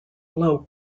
low